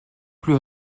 plus